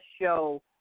show